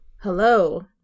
Hello